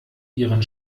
ihren